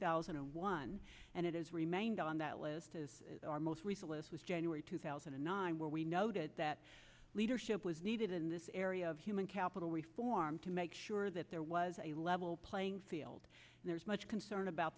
thousand and one and it is remained on that was our most recent was january two thousand and nine where we noted that leadership was needed in this area of human capital reform to make sure that there was a level playing field and there's much concern about